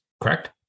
correct